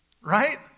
Right